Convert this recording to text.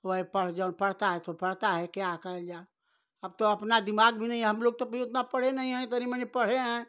वही पर जो पढ़ता है तो पढ़ता है क्या किया जा अब तो अपना दिमाग भी नहीं है हमलोग तो अभी उतना पढ़े नहीं हैं तनी मनी पढ़े हैं